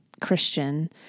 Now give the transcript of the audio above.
Christian